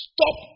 Stop